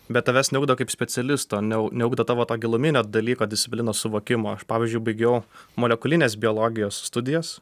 bet tavęs neugdo kaip specialisto ne neugdo tavo to giluminio dalyko disciplinos suvokimo aš pavyzdžiui baigiau molekulinės biologijos studijas